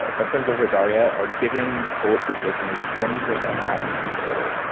ah my friends over at daria are giving bulletproof listeners twenty percent off any order.